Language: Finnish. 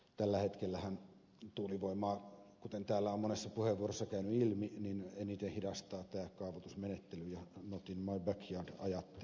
tällä hetkellähän tuulivoimaa kuten täällä on monessa puheenvuorossa käynyt ilmi eniten hidastaa tämä kaavoitusmenettely ja not in my backyard ajattelu